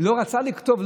וזה לא רצה לכתוב,